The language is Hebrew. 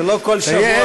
זה לא כל שבוע,